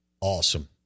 awesome